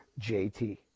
JT